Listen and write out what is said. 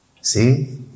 See